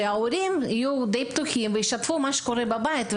שההורים יהיו די פתוחים וישתפו מה שקורה בבית,